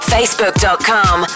Facebook.com